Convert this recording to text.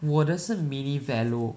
我的是 Mini Velo